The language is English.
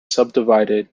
subdivided